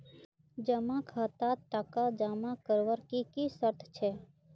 जमा खातात टका जमा करवार की की शर्त छे?